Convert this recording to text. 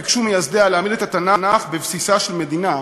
ביקשו מייסדיה להעמיד את התנ"ך בבסיסה של המדינה,